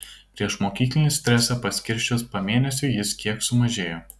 priešmokyklinį stresą paskirsčius pamėnesiui jis kiek sumažėjo